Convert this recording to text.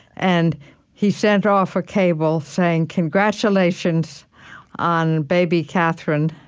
and he sent off a cable saying, congratulations on baby catherine.